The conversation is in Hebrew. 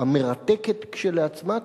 המרתקת כשלעצמה,